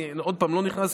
אני עוד פעם לא נכנס,